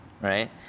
right